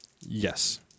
Yes